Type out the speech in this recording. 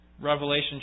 Revelation